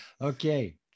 okay